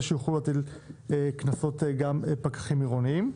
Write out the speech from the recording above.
שיוכלו להטיל קנסות גם פקחים עירוניים.